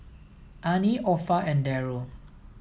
Anie Orpha and Deryl